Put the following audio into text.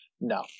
no